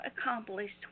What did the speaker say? accomplished